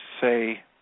say